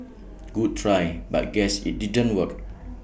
good try but guess IT didn't work